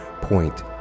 point